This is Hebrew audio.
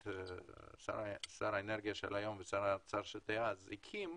שר האנרגיה של היום ושר האוצר דאז הקים,